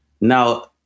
now